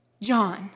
John